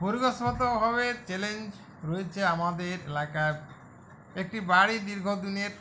পরিবেশগতভাবে challenge রয়েছে আমাদের এলাকার একটি বাড়ি দীর্ঘদিনের